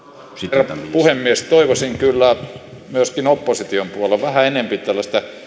herra puhemies toivoisin kyllä myöskin opposition puolelta vähän enempi tällaista